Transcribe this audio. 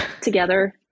together